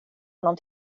honom